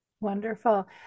Wonderful